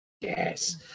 Yes